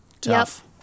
Tough